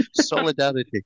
solidarity